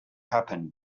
happen